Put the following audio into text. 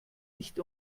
nicht